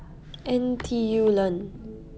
NTULearn